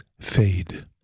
Fade